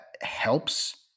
helps –